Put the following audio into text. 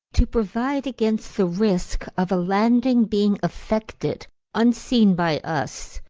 to provide against the risk of a landing being effected unseen by us,